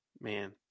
man